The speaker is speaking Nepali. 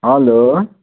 हेलो